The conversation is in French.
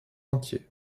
entier